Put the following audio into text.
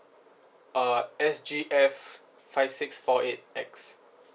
uh S G F five six four eight X